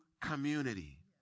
community